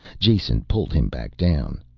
jason pulled him back down.